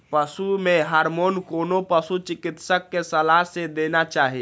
पशु मे हार्मोन कोनो पशु चिकित्सक के सलाह सं देना चाही